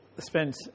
spent